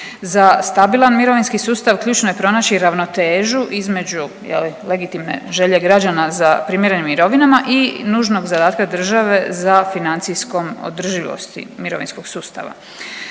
Za stabilan mirovinski sustav ključno je pronaći ravnotežu između je li legitimne želje građana za primjerenim mirovinama i nužnog zadatka države za financijskom održivosti mirovinskog sustava.